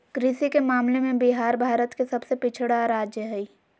कृषि के मामले में बिहार भारत के सबसे पिछड़ा राज्य हई